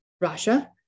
Russia